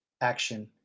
action